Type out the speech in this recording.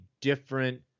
different